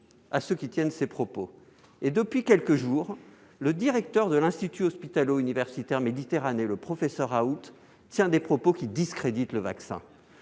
à ceux qui tiennent ces propos. Depuis quelques jours, le directeur de l'institut hospitalo-universitaire (IHU) Méditerranée, le professeur Raoult, tient des propos qui discréditent le vaccin.